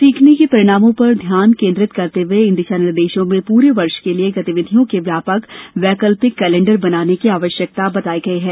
सीखने के परिणामों पर ध्यान केन्द्रित करते हुए इन दिशा निर्देशों में पूरे वर्ष के लिए गतिविधियों के व्यापक वैकल्पिक कैलेंडर बनाने की आवश्यकता बतायी गई है